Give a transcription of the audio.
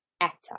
actor